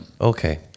Okay